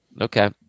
Okay